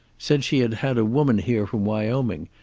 said she had had a woman here from wyoming,